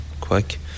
quick